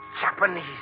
Japanese